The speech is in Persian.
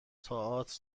تئاتر